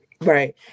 right